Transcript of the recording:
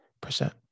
percent